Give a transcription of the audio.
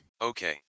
Okay